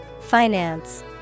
Finance